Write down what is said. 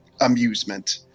amusement